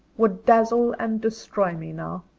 would dazzle and destroy me, now.